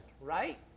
right